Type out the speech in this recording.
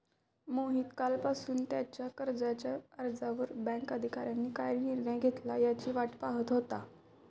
मोहित कालपासून त्याच्या कर्जाच्या अर्जावर बँक अधिकाऱ्यांनी काय निर्णय घेतला याची वाट पाहत होता